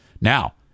Now